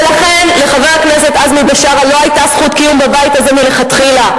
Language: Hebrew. ולכן לחבר הכנסת עזמי בשארה לא היתה זכות קיום בבית הזה מלכתחילה.